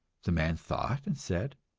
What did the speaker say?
the man thought and said,